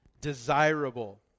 desirable